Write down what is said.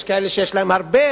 יש כאלה שיש להם הרבה,